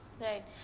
Right